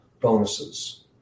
bonuses